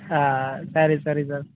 ಹಾಂ ಸರಿ ಸರಿ ಸರ್